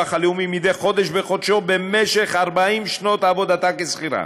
הלאומי מדי חודש בחודשו במשך 40 שנות עבודתה כשכירה.